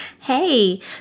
Hey